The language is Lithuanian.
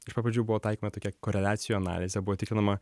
iš pat pradžių buvo taikoma tokia koreliacijų analizė buvo tikrinama